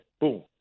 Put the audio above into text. Boom